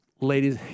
Ladies